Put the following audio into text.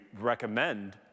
recommend